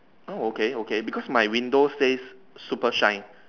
oh okay okay because my windows says super shine